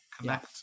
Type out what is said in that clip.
connect